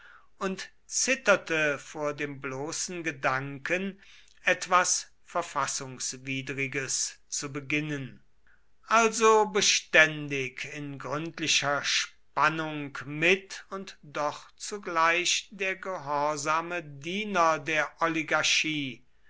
und zitterte vor dem bloßen gedanken etwas verfassungswidriges zu beginnen also beständig in gründlicher spannung mit und doch zugleich der gehorsame diener der oligarchie